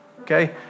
okay